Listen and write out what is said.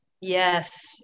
Yes